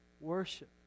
Worship